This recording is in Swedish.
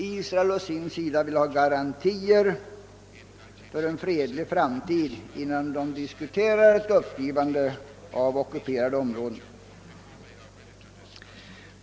Israel vill å sin sida ha garantier för en fredlig framtid innan man diskuterar ett uppgivande av ockuperade områden.